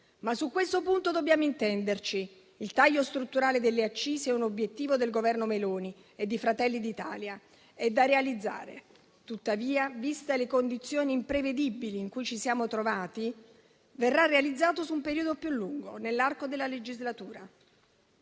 Ma su questo punto dobbiamo intenderci: il taglio strutturale delle accise è un obiettivo del Governo Meloni e di Fratelli d'Italia ed è da realizzare. Tuttavia, viste le condizioni imprevedibili in cui ci siamo trovati, verrà realizzato su un periodo più lungo, nell'arco della legislatura.